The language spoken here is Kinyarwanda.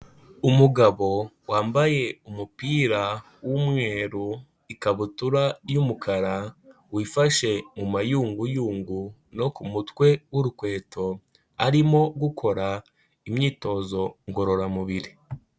Umugabo wambaye umupira w'umweru, ikabutura y'umukara wifashe mu mayunguyungu no ku mutwe w'urukweto arimo gukora imyitozo ngororamubiri.